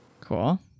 Cool